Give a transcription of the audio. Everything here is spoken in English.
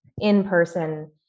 in-person